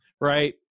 right